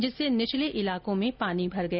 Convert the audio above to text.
जिससे निचले इलाकों में पानी भर गया